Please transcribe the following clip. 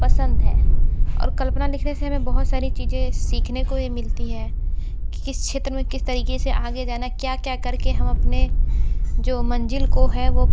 पसंद है और कल्पना लिखने से हमें बहुत सारी चीज़ें सीखने को भी मिलती हैं कि किस क्षेत्र में किस तरीक़े से आगे जाना है क्या क्या कर के हम अपनी जो मंज़िल को है वो